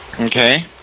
Okay